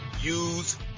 use